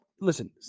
listen